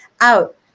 out